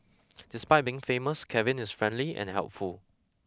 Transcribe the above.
despite being famous Kevin is friendly and helpful